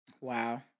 Wow